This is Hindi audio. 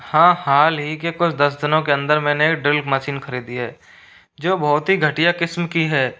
हाँ हालही के कुछ दस दिनों के अंदर मैंने ड्रिल मशीन ख़रीदी है जो बहुत ही घटिया किस्म की है